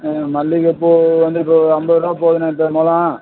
ஆ மல்லிகைப்பூ வந்து இப்போ ஐம்பது ரூபா போகுதுன்னே இப்போ மொழம்